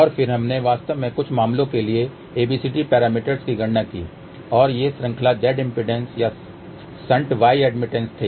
और फिर हमने वास्तव में कुछ मामलों के लिए ABCD पैरामीटर्स की गणना की और ये श्रृंखला Z इम्पीडेन्स या शंट Y एडमिटेंस थे